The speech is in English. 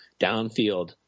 downfield